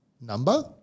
number